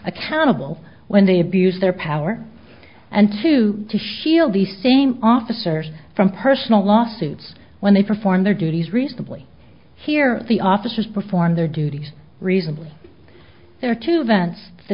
accountable when they abuse their power and to shield the same officers from personal lawsuits when they perform their duties reasonably hear the officers perform their duties reasonable there to vents the